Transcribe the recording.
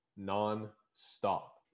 non-stop